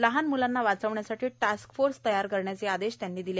लहान म्लांना वाचविण्यासाठी टास्क फोर्स निर्माण करण्याचे निर्देश त्यांनी दिले